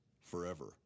forever